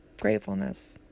gratefulness